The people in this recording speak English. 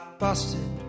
busted